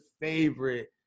favorite